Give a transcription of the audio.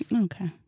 Okay